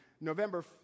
November